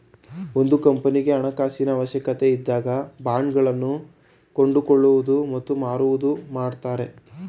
ಒಂದು ಕಂಪನಿಗೆ ಹಣಕಾಸಿನ ಅವಶ್ಯಕತೆ ಇದ್ದಾಗ ಬಾಂಡ್ ಗಳನ್ನು ಕೊಂಡುಕೊಳ್ಳುವುದು ಮತ್ತು ಮಾರುವುದು ಮಾಡುತ್ತಾರೆ